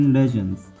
legends